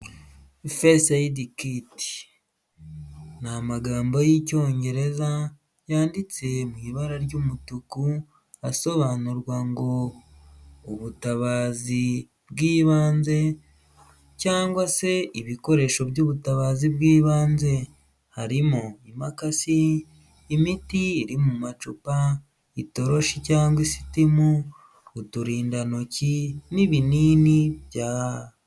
First aid kit, namagambo y'icyongereza yanditse mu ibara ry'umutuku asobanurwa ngo ubutabazi bw'ibanze cyangwa se ibikoresho by'ubutabazi bw'ibanze, harimo imakasi, imiti iri mu macupa, itoroshi cyangwa isitimu, uturindantoki n'ibinini bya....